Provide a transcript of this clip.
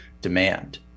demand